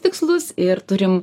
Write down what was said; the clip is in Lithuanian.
tikslus ir turim